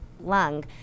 lung